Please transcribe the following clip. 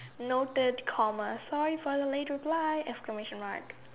no third coma sorry for the late reply exclamation mark